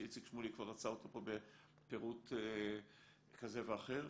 שאיציק שמולי כבר רצה אותו פה בפירוט כזה ואחר,